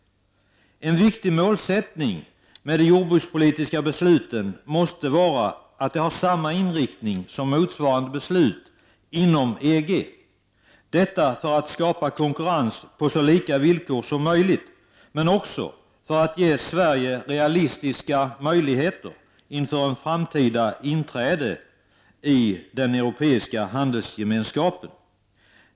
En viktig målsättning med de jordbrukspolitiska besluten måste vara att de har samma inriktning som motsvarande beslut inom EG -— detta för att skapa konkurrens på så lika villkor som möjligt, men också för att ge Sverige realistiska möjligheter inför ett framtida inträde i den europeiska handelsgemenskapen.